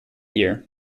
year